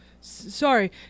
sorry